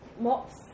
mops